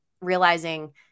realizing